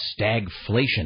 stagflation